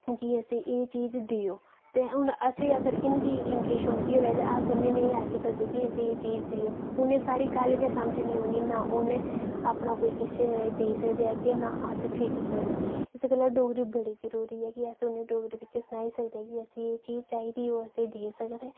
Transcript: कि असेंगी एह् चीज देओ ते हून अगर असेंगी हिन्दी जां इंगलिश औंदी होऐ ते अस उनेंगी नी आक्की सकदे कि असेंगी एह् चीज देओ उनेंगी साढ़ा गल्ल गै समझ नी औनी ना गै अपना कोई किश देई सकदे और ना अस खरीदी सकदे इस करी डोगरी बड़ी जरूरी ऐ कि अस डोगरी च आक्की कसदे कि असेंगी एह् चीज चाही दी असेंगी ओह् देई सकदे